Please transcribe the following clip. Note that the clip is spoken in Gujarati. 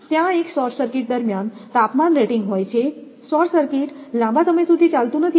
ત્યાં એક શોર્ટ સર્કિટ દરમિયાન તાપમાન રેટિંગ હોય છે શોર્ટ સર્કિટ લાંબા સમય સુધી ચાલતું નથી